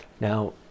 Now